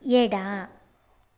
ಎಡ